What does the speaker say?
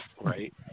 right